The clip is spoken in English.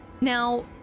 Now